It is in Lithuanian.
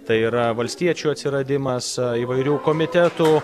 tai yra valstiečių atsiradimas įvairių komitetų